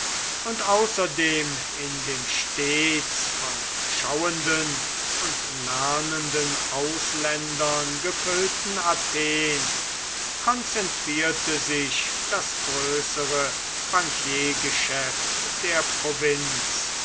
und außerdem in dem stets von schauenden und lernenden ausländern gefüllten athen konzentrierte sich das größere bankiergeschäft der provinz